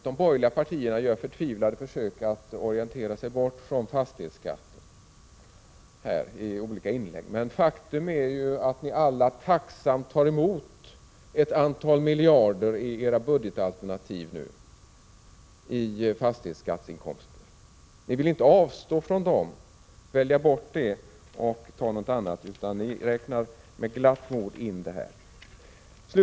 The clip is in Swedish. De borgerliga partierna gör här i olika inlägg förtvivlade försök att orientera sig bort från fastighetsskatten, men faktum är att ni alla tacksamt tar emot ett antal miljarder i form av fastighetsskatteinkomster i era budgetalternativ. Ni vill inte välja bort dessa inkomster och sätta in något annat i stället, utan räknar med glatt mod in dessa pengar.